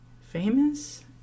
famous